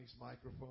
microphone